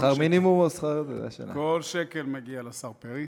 שכר מינימום, או שכר, כל שקל מגיע לשר פרי.